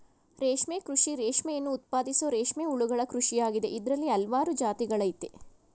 ರೇಷ್ಮೆ ಕೃಷಿ ರೇಷ್ಮೆಯನ್ನು ಉತ್ಪಾದಿಸೋ ರೇಷ್ಮೆ ಹುಳುಗಳ ಕೃಷಿಯಾಗಿದೆ ಇದ್ರಲ್ಲಿ ಹಲ್ವಾರು ಜಾತಿಗಳಯ್ತೆ